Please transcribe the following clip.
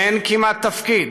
אין כמעט תפקיד